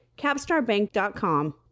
CapstarBank.com